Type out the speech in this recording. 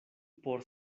por